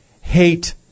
hate